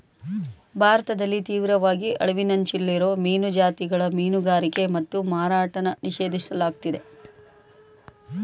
ಭಾರತದಲ್ಲಿ ತೀವ್ರವಾಗಿ ಅಳಿವಿನಂಚಲ್ಲಿರೋ ಮೀನು ಜಾತಿಗಳ ಮೀನುಗಾರಿಕೆ ಮತ್ತು ಮಾರಾಟನ ನಿಷೇಧಿಸ್ಲಾಗಯ್ತೆ